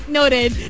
Noted